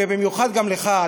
ובמיוחד גם לך,